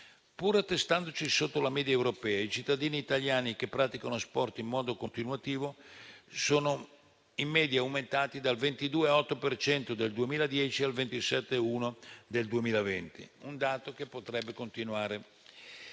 Pur attestandoci sotto la media europea, i cittadini italiani che praticano sport in modo continuativo sono in media aumentati, dal 22,8 per cento del 2010 al 27,1 del 2020, un dato che potrebbe continuare